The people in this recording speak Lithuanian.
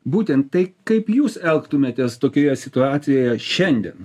būtent tai kaip jūs elgtumėtės tokioje situacijoje šiandien